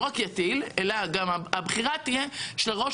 לא רק יטיל אלא גם שהבחירה תהיה שראש